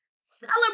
Celebrate